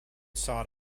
sought